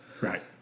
Right